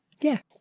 yes